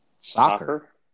Soccer